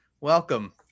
Welcome